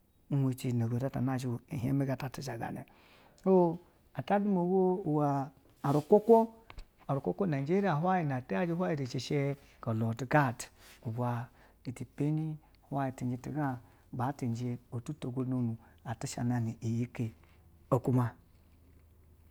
Ume cino ogodo ata nazhi thie megetu zhagane so ata duma bo umla arute wu̱kwu̱ teo arutewa kewu̱ najeriya na atu yaje huyani ishɛ, go lodgad bwa itipe hiwaya cinje tiga batu nje botu go nonu atishanane iyihe okuma.